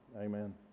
amen